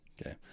Okay